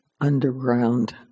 underground